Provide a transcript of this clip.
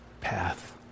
path